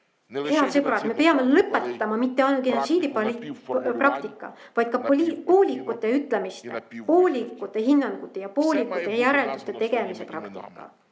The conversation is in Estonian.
Head sõbrad, me peame lõpetama mitte ainult genotsiidipraktika, vaid ka poolikute ütlemiste, poolikute hinnangute ja poolikute järelduste tegemise praktika.